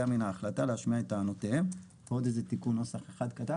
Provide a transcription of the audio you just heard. מן ההחלטה להשמיע את טענותיהם.." ועוד איזה תיקון נוסח אחד קטן,